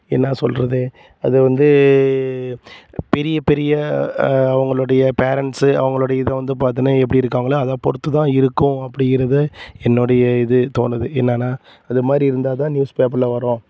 என்ன சொல்கிறது அதை வந்து பெரிய பெரிய அவங்களோடைய பேரெண்ட்ஸு அவங்களோடைய இதை வந்து பார்த்துனா எப்படி இருக்காங்களோ அதை பொறுத்து தான் இருக்கும் அப்படிங்குறது என்னோடைய இது தோணுது என்னென்னா அது மாதிரி இருந்தால் தான் நியூஸ் பேப்பரில் வரும்